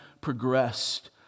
progressed